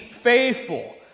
faithful